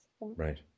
Right